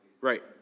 Right